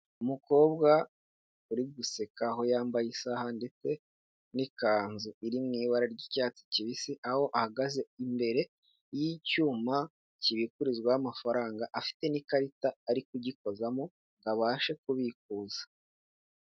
Umukobwa uri guseka, aho yambaye isaha ndetse n'ikanzu iri mu ibara ry'icyatsi kibisi, aho ahagaze imbere y'icyuma kibikurizwaho amafaranga, afite n'ikarita ari kugikozamo ngo abashe kubikuza.